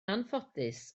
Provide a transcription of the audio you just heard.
anffodus